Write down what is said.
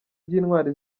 by’intwari